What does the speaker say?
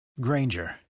Granger